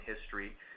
history